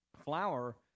flour